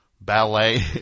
ballet